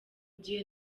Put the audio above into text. gihe